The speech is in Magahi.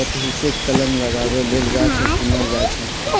एतहीसे कलम लगाबे लेल गाछ किनल जाइ छइ